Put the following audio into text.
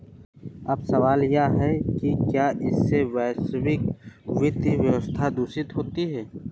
अब सवाल यह है कि क्या इससे वैश्विक वित्तीय व्यवस्था दूषित होती है